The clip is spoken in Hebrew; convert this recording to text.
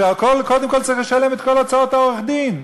וקודם כול צריך לשלם את כל הוצאות עורך-הדין.